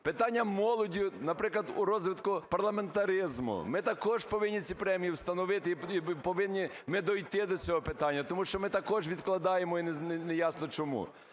Питання молоді, наприклад, у розвитку парламентаризму. Ми також повинні ці премії встановити і повинні ми дійти до цього питання, тому що ми також відкладаємо і неясно чому.